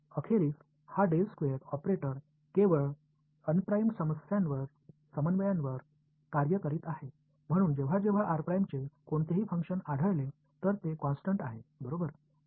अखेरीस हा del square operator केवळ अंप्राइम्ड समन्वयांवर कार्य करीत आहे म्हणून जेव्हा जेव्हा r' चे कोणतेही फंक्शन आढळले तर ते कॉन्स्टन्ट आहे बरोबर